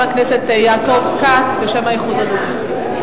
ואחריו, חבר הכנסת יעקב כץ, בשם האיחוד הלאומי.